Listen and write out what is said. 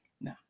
No